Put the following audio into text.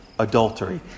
Adultery